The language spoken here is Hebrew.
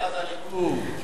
חברי הליכוד.